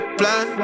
plan